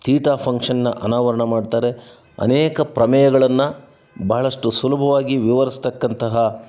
theta function ಅನಾವರಣ ಮಾಡ್ತಾರೆ ಅನೇಕ ಪ್ರಮೇಯಗಳನ್ನು ಬಹಳಷ್ಟು ಸುಲಭವಾಗಿ ವಿವರಿಸತಕ್ಕಂತಹ